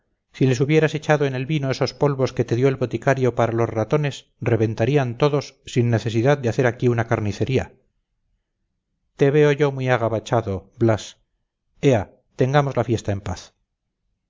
si les hubieras echado en el vino esos polvos que te dio el boticario para los ratones reventarían todos sin necesidad de hacer aquí una carnicería te veo yo muy agabachado blas ea tengamos la fiesta en paz